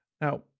Now